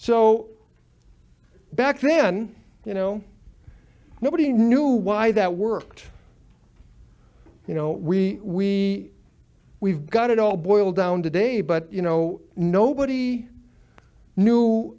so back then you know nobody knew why that worked you know we we've got it all boiled down today but you know nobody knew